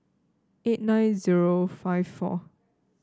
eight nine zero five four